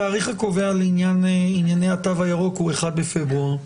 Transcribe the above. התאריך הקובע לענייני התו הירוק הוא 1 בפברואר.